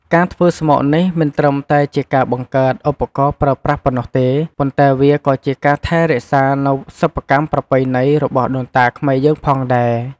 ការធ្វើស្មុកនេះមិនត្រឹមតែជាការបង្កើតឧបករណ៍ប្រើប្រាស់ប៉ុណ្ណោះទេ ប៉ុន្តែវាក៏ជាការថែរក្សានូវ សិប្បកម្មប្រពៃណី របស់ដូនតាខ្មែរយើងផងដែរ។